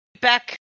back